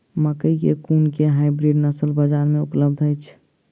मकई केँ कुन केँ हाइब्रिड नस्ल बजार मे उपलब्ध अछि?